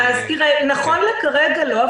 נכון לרגע זה לא,